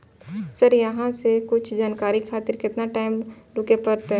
Sir अहाँ से कुछ जानकारी खातिर केतना टाईम रुके परतें?